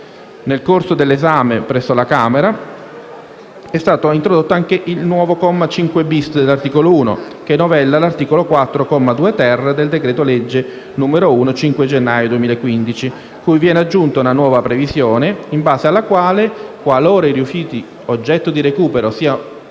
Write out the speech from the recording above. Nel corso dell'esame presso la Camera è stato introdotto anche il nuovo comma 5-*bis* dell'articolo 1, che novella l'articolo 4, comma 2-*ter*, del decreto-legge 5 gennaio 2015, n. 1, cui viene aggiunta una nuova previsione, in base alla quale qualora i rifiuti oggetto di recupero siano